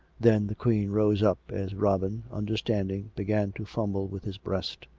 then the queen rose up, as robin, understanding, began to fumble with his breast.